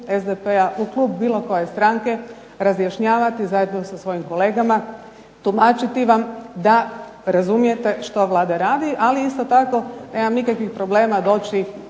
SDP-a, u klub bilo koje stranke razjašnjavati zajedno sa svojim kolegama, tumačiti vam da razumijete što Vlada radi. Ali isto tako nemam nikakvih problema doći